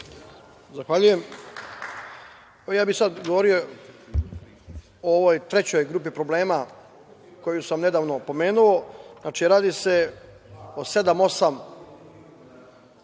Zahvaljujem. Ja bih sada govorio o ovoj trećoj grupi problema koju sam nedavno pomenuo. Znači, radi se o sedam, osam